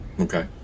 okay